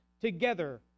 together